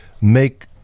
make